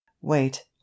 wait